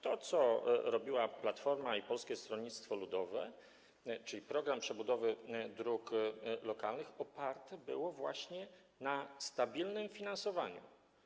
To, co realizowały Platforma Obywatelska i Polskie Stronnictwo Ludowe, czyli program przebudowy dróg lokalnych, oparte było właśnie na stabilnym finansowaniu.